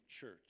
church